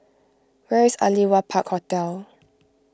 where is Aliwal Park Hotel